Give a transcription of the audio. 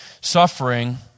suffering